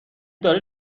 داره